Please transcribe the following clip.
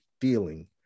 feeling